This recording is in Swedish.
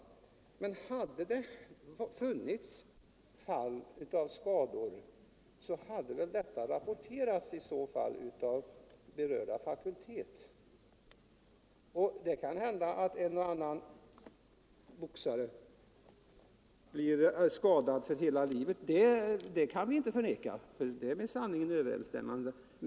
Om det hade funnits fall av skador hade detta rapporterats av vederbörande fakultet. Det kan hända att en och annan boxare blir skadad för hela livet — vi kan inte förneka att det är med sanningen överensstämmande.